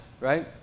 right